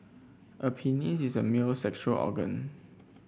a penis is a male's sexual organ